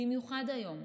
במיוחד היום,